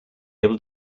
able